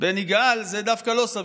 בין יגאל, זה דווקא לא סביר.